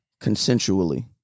consensually